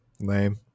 Lame